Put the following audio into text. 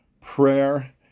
Prayer